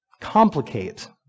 complicate